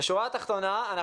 בשורה התחתונה,